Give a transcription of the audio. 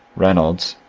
reynolds,